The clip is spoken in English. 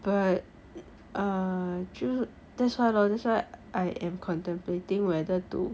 but err ~ that's why lor that's why I am contemplating whether to